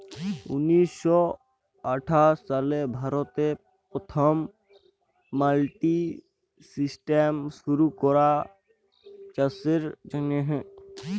উনিশ শ আঠাশ সালে ভারতে পথম মাল্ডি সিস্টেম শুরু ক্যরা চাষের জ্যনহে